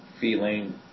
feeling